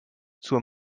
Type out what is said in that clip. zur